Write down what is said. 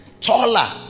taller